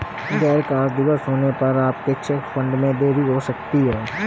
गैर कार्य दिवस होने पर आपके चेक फंड में देरी हो सकती है